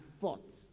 fought